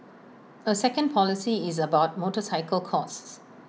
A second policy is about motorcycle costs